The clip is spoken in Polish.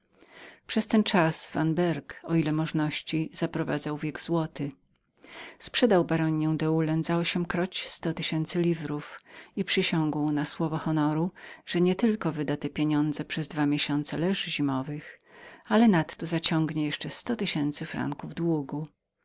przez ten czas vanberg o ile możności zaprowadzał wiek złoty sprzedał baroniję deulen za ośmkroć sto tysięcy liwrów i przysiągł na słowo honoru że nie tylko wyda te pieniądze przez dwa miesiące leż zimowych ale nadto zaciągnie jeszcze sto tysięcy franków długu